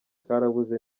karabuze